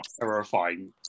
terrifying